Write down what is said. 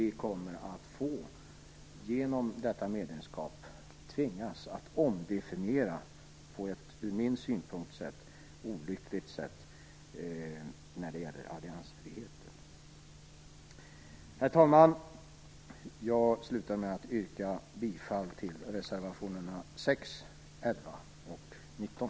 Vi kommer genom detta medlemskap tvingas att omdefiniera alliansfriheten på ett ur min synpunkt sett olyckligt sätt. Herr talman! Jag slutar med att yrka bifall till reservationerna 6, 11 och 19.